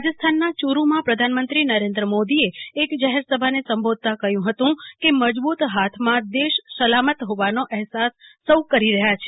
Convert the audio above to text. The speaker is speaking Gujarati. રાજસ્થાન ના ચૂરું માં પ્રધાનમંત્રી નરેન્દ્ર મોદી એ એક જાહેરસભા ને સંબોધતા કહ્યું હતું કે મજબૂત હાથ માં દેશ સલામત હોવાનો એહસાસ સૌ કરી રહ્યા છે